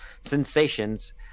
sensations